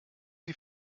die